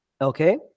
Okay